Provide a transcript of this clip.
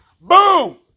boom